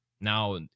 now